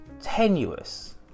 tenuous